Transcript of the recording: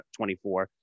24